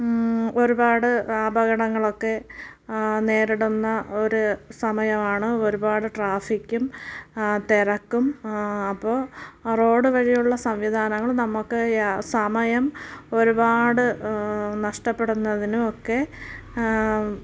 ഒരുപാട് അപകടങ്ങളൊക്കെ നേരിടുന്ന ഒരു സമയമാണ് ഒരുപാട് ട്രാഫിക്കും തിരക്കും അപ്പോൾ റോഡ് വഴിയുള്ള സംവിധാനങ്ങൾ നമുക്ക് യ സമയം ഒരുപാട് നഷ്ടപ്പെടുന്നതിനും ഒക്കെ